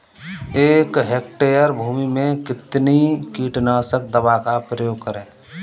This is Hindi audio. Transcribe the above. एक हेक्टेयर भूमि में कितनी कीटनाशक दवा का प्रयोग करें?